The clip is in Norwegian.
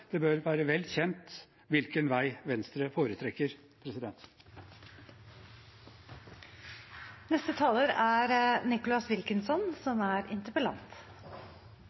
Det bør være vel kjent hvilken vei Venstre foretrekker. Det er veldig bra at Arbeiderpartiet er